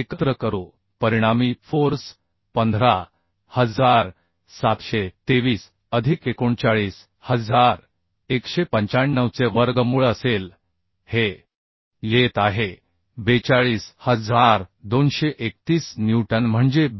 एकत्र करू परिणामी फोर्स 15723 अधिक 39195 चे वर्गमूळ असेल हे येत आहे 42231 न्यूटन म्हणजे 42